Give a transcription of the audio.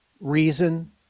reason